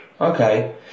Okay